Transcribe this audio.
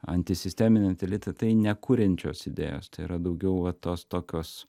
antisisteminį anti elitą tai nekuriančios idėjos tai yra daugiau va tos tokios